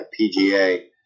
PGA